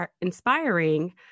inspiring